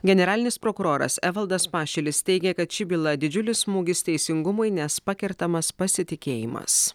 generalinis prokuroras evaldas pašilis teigė kad ši byla didžiulis smūgis teisingumui nes pakertamas pasitikėjimas